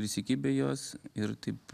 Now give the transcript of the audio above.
įsikibę jos ir taip